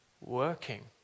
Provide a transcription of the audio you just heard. working